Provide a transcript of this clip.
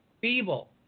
feeble